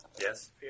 Yes